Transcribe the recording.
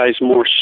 more